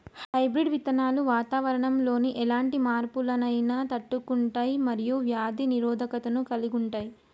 hybrid విత్తనాలు వాతావరణంలోని ఎలాంటి మార్పులనైనా తట్టుకుంటయ్ మరియు వ్యాధి నిరోధకతను కలిగుంటయ్